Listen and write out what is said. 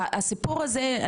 הסיפור הזה,